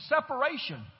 separation